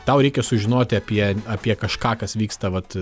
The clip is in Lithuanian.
tau reikia sužinoti apie apie kažką kas vyksta vat